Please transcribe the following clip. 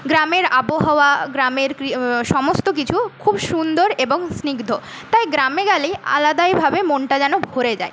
গ্রামের আবহাওয়া গ্রামের কি সমস্ত কিছু খুব সুন্দর এবং স্নিগ্ধ তাই গ্রামে গেলেই আলাদাই ভাবে মনটা যেন ভরে যায়